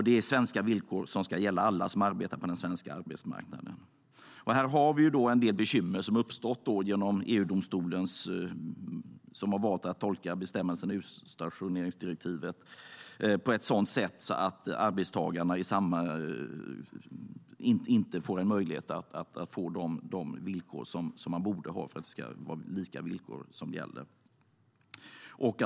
Det är svenska villkor som ska gälla för alla som arbetar på den svenska arbetsmarknaden. Här har en del bekymmer uppstått på grund av EU-domstolen som har valt att tolka utstationeringsdirektivet på ett sådant sätt att arbetstagarna inte har möjlighet att få de villkor de borde ha för att lika villkor ska gälla.